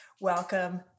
Welcome